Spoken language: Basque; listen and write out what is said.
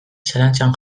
zalantzan